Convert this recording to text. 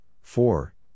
four